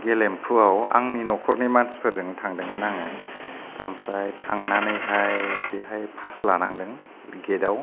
गेलेम्फुवाव आंनि नखरनि मानसिफोरजों थांदोंमोन आङो आमफ्राय थांनानै हाय बेहाय पास लानांदों गेटाव